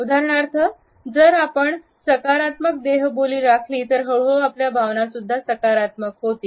उदाहरणार्थ जर आपण सकारात्मक देहबोली राखली तर हळूहळू आपल्या भावना सुद्धा सकारात्मक होतील